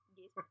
Yes